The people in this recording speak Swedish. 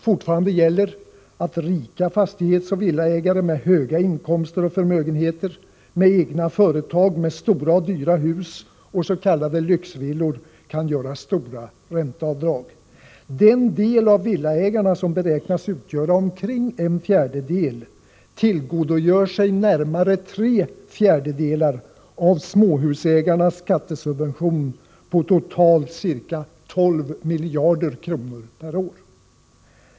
Fortfarande gäller att rika fastighetsoch villaägare, med höga inkomster och stora förmögenheter, med egna företag, stora och dyra hus och s.k. lyxvillor kan göra stora ränteavdrag. Den del av villaägarna som beräknats utgöra omkring en fjärdedel tillgodogör sig närmare tre fjärdedelar av småhusägarnas skattesubventioner på totalt ca 12 miljarder kronor per år.